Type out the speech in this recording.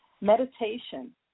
meditation